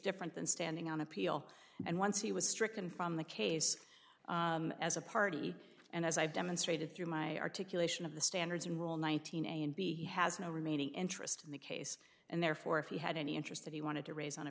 different than standing on appeal and once he was stricken from the case as a party and as i've demonstrated through my articulation of the standards and roll one thousand and be has no remaining interest in the case and therefore if he had any interest that he wanted to raise on